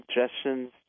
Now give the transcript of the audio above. suggestions